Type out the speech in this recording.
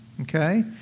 Okay